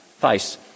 face